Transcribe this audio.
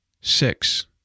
six